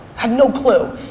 had no clue.